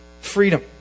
freedom